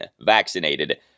vaccinated